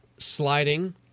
Sliding